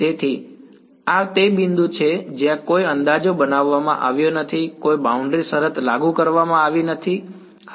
તેથી આ તે બિંદુ છે જ્યાં કોઈ અંદાજો બનાવવામાં આવ્યો નથી કોઈ બાઉન્ડ્રી શરત લાગુ કરવામાં આવી નથી હા